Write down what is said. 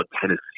Tennessee